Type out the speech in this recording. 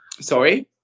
Sorry